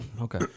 Okay